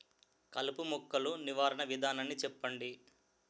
కలుపు మొక్కలు నివారణ విధానాన్ని చెప్పండి?